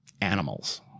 animals